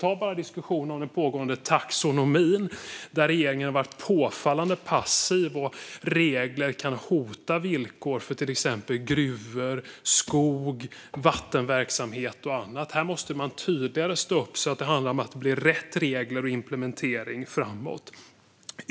Ta bara diskussionen om den pågående taxonomin, där regeringen har varit påfallande passiv och där regler kan hota villkoren för gruvor, skog och vattenverksamhet och annat. Här måste man tydligare stå upp så att det blir rätt regler och implementering framåt.